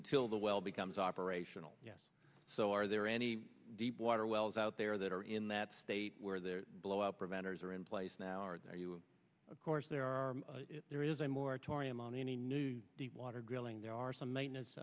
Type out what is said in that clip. until the well becomes operational yes so are there any deepwater wells out there that are in that state where they're blowout preventers are in place now or are there you of course there are there is a moratorium on any new deepwater drilling there are some maintenance